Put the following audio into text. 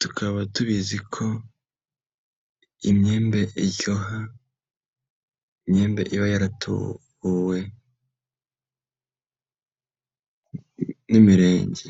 tukaba tubizi ko, imyembe iryoha, imyembe iba yaratubuwe, n'imirenge.